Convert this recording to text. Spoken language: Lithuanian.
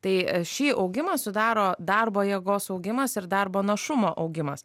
tai šį augimą sudaro darbo jėgos augimas ir darbo našumo augimas